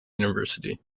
university